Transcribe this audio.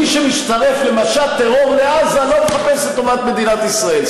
מי שמצטרף למשט טרור לעזה לא מחפש את טובת מדינת ישראל.